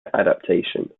adaptation